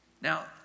Now